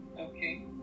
Okay